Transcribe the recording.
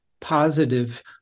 positive